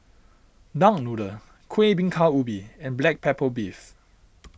Duck Noodle Kueh Bingka Ubi and Black Pepper Beef